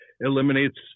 eliminates